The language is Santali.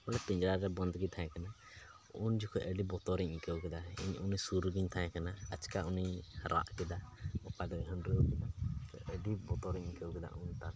ᱩᱱᱤ ᱯᱮᱸᱡᱽᱨᱟ ᱨᱮ ᱵᱚᱫᱽ ᱜᱮ ᱛᱟᱦᱮᱸ ᱠᱟᱱᱟᱭ ᱩᱱ ᱡᱚᱠᱷᱚᱡ ᱟᱹᱰᱤ ᱵᱚᱛᱚᱨ ᱤᱧ ᱟᱹᱭᱠᱟᱹᱣ ᱠᱮᱫᱟ ᱤᱧ ᱥᱩᱨ ᱨᱮᱜᱮᱧ ᱛᱟᱦᱮᱸ ᱠᱟᱱᱟ ᱟᱪᱠᱟ ᱩᱱᱤ ᱨᱟᱜ ᱠᱮᱫᱟᱭ ᱚᱠᱟ ᱫᱚᱭ ᱦᱩᱰᱨᱟᱹᱣ ᱠᱮᱫᱟ ᱟᱹᱰᱤ ᱵᱚᱛᱚᱨ ᱤᱧ ᱟᱹᱭᱠᱟᱹᱣ ᱠᱮᱫᱟ ᱩᱱ ᱛᱟᱠ